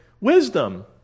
Wisdom